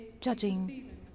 judging